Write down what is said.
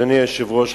אדוני היושב-ראש,